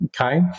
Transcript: okay